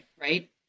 Right